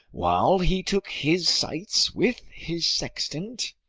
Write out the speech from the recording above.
while he took his sights with his sextant,